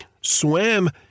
swam